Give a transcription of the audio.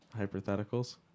Hypotheticals